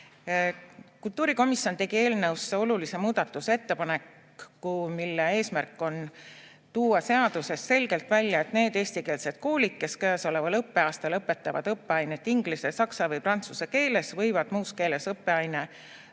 Kultuurikomisjon tegi eelnõusse olulise muudatusettepaneku, mille eesmärk on tuua seaduses selgelt välja, et need eestikeelsed koolid, kes käesoleval õppeaastal õpetavad õppeaineid inglise, saksa või prantsuse keeles, võivad muus keeles õppeainete